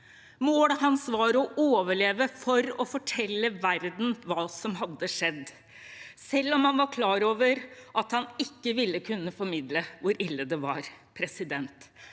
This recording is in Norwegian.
Målet hans var å overleve for å fortelle verden hva som hadde skjedd, selv om han var klar over at han ikke ville kunne formidle hvor ille det var. Det